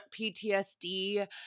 PTSD